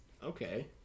Okay